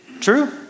True